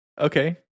okay